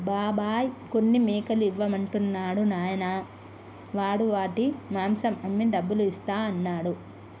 బాబాయ్ కొన్ని మేకలు ఇవ్వమంటున్నాడు నాయనా వాడు వాటి మాంసం అమ్మి డబ్బులు ఇస్తా అన్నాడు